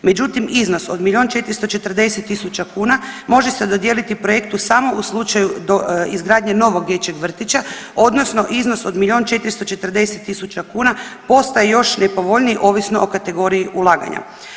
Međutim, iznos od milion 440 tisuća kuna može se dodijeliti projektu samo u slučaju izgradnje novog dječjeg vrtića odnosno iznos od milion 440 tisuća kuna postaje još nepovoljniji ovisno o kategoriji ulaganja.